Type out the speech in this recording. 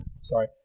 sorry